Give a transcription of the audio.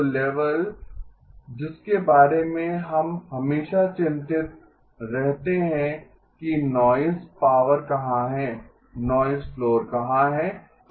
तो लेवल् जिसके बारे मे हम हमेशा चिंतित रहते हैं है कि नॉइज़ पावर कहाँ है नॉइज़ फ्लोर कहां है